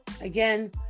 Again